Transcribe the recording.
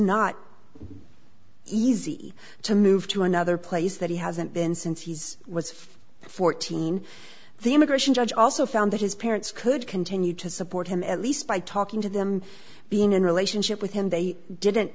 not easy to move to another place that he hasn't been since he's was fourteen the immigration judge also found that his parents could continue to support him at least by talking to them being in relationship with him they didn't